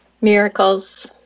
Miracles